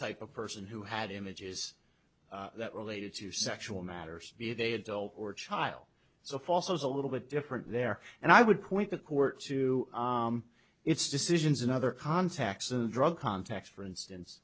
type of person who had images that related to sexual matters be they had or a child so false was a little bit different there and i would point the court to its decisions and other contacts in the drug context for instance